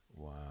Wow